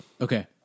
Okay